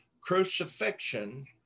crucifixion